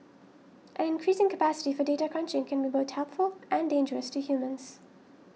an increasing capacity for data crunching can be both helpful and dangerous to humans